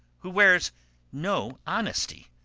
who wears no honesty.